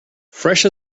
fresh